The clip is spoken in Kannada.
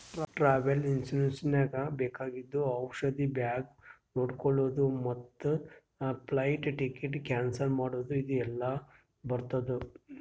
ಟ್ರಾವೆಲ್ ಇನ್ಸೂರೆನ್ಸ್ ನಾಗ್ ಬೇಕಾಗಿದ್ದು ಔಷಧ ಬ್ಯಾಗ್ ನೊಡ್ಕೊಳದ್ ಮತ್ ಫ್ಲೈಟ್ ಟಿಕೆಟ್ ಕ್ಯಾನ್ಸಲ್ ಮಾಡದ್ ಇದು ಎಲ್ಲಾ ಬರ್ತುದ